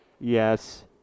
Yes